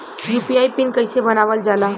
UPI PIN कइसे बनावल जाला?